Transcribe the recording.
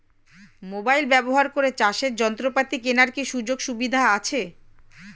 Mobile ব্যবহার করে চাষের যন্ত্রপাতি কেনার কি সুযোগ সুবিধা আছে?